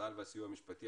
צה"ל והסיוע המשפטי,